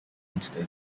instead